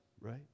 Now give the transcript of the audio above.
right